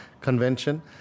Convention